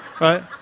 Right